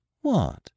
What